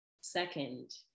second